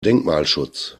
denkmalschutz